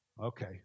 Okay